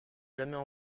jamais